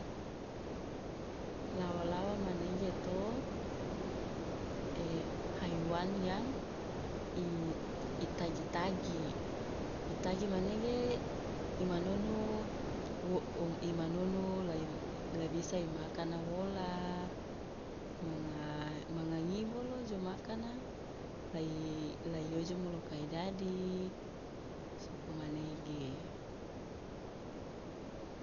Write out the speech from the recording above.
Lawa lawa manege to haiwan yang i tagi tagi i tagi manege i manonu wo om i manonu la lai bisa i ma akana wola manga ngi bolo jo ma akana la i lai ojomo loka i dadi soko manege.